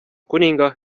kuninga